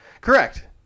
Correct